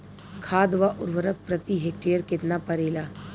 खाद व उर्वरक प्रति हेक्टेयर केतना परेला?